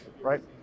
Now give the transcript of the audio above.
right